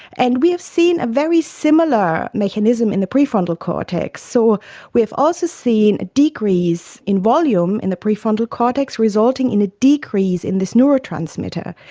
and we have seen a very similar mechanism in the prefrontal cortex. so we have also seen a decrease in volume in the prefrontal cortex resulting in a decrease in this neurotransmitter.